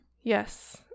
Yes